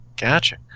Gotcha